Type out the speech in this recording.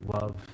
love